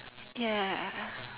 ya